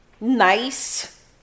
nice